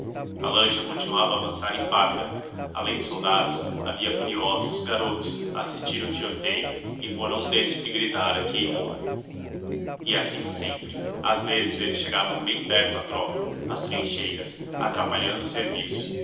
a lancha continuava a avançar impávida além dos soldados havia curiosos garotos a assistir o tiroteio e fora um destes que gritara queimou e assim sempre às vezes eles chegavam bem perto à tropa às trincheiras atrapalhando o serviço